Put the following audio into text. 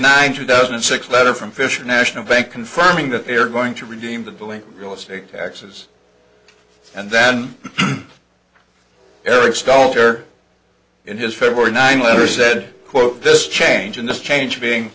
ninth two thousand and six letter from fisher national bank confirming that they are going to redeem the bill in real estate taxes and then eric sculptor in his february nine letter said quote this change in this change being